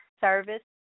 service